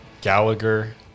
Gallagher